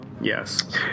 Yes